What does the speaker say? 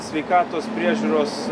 sveikatos priežiūros